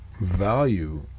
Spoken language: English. value